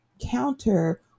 counter